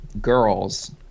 girls –